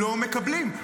לא מקבלים.